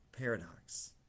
paradox